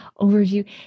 overview